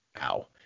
Ow